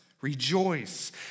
rejoice